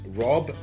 rob